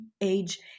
age